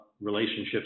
relationships